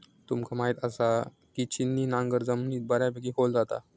तुमका म्हायत आसा, की छिन्नी नांगर जमिनीत बऱ्यापैकी खोल जाता